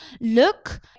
look